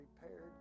prepared